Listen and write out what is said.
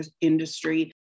industry